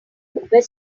were